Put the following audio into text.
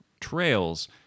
trails